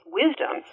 wisdom